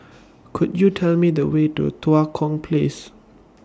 Could YOU Tell Me The Way to Tua Kong Place